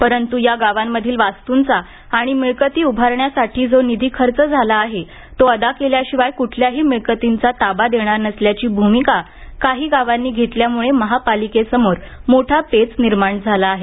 परंतु या गावांमधील वास्तूंचा आणि मिळकती उभारण्यासाठी जो निधी खर्च झाला आहे तो अदा केल्याशिवाय कुठल्याही मिळकतींचा ताबा देणार नसल्याची भूमिका काही गावांनी घेतल्यामुळे महापालिकेसमोर मोठा पेच निर्माण झाला आहे